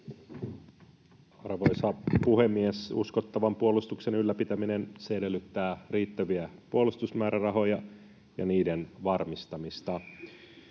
Arvoisa puhemies! Uskottavan puolustuksen ylläpitäminen edellyttää riittäviä puolustusmäärärahoja ja niiden varmistamista.